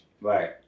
Right